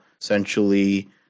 Essentially